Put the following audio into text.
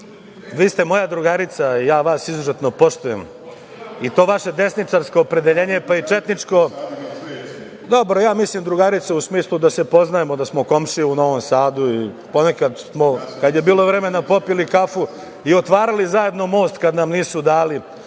27.Vi ste moja drugarica i ja vas izuzetno poštujem i to vaše desničarsko opredeljenje, pa i četničko, mislim drugarica u smislu da se poznajemo, da smo komšije u Novom Sadu, ponekad smo popili kafu i otvarali zajedno most kad nam nisu dali,